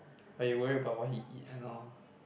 but you worry about what he eat and all